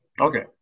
okay